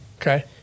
okay